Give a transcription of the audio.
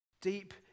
Deep